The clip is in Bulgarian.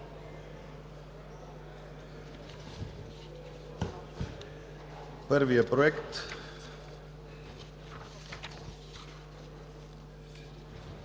Първият Проект